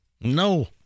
No